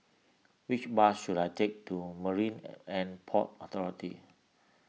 which bus should I take to Marine and Port Authority